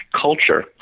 culture